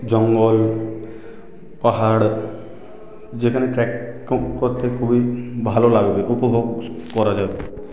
জঙ্গল পাহাড় যেখানে ট্র্যাকিং করতে পুরোই ভালো লাগবে উপভোগ করা যাবে